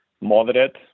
moderate